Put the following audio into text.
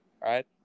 right